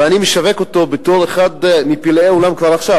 ואני משווק אותו בתור אחד מפלאי עולם כבר עכשיו,